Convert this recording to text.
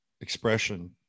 expression